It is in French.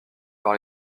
par